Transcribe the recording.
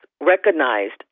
recognized